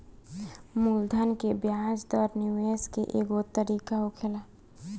मूलधन के ब्याज दर निवेश के एगो तरीका होखेला